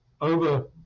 over